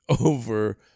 over